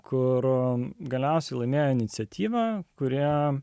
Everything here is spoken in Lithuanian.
kuro galiausiai laimėjo iniciatyvą kurią